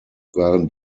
waren